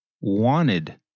wanted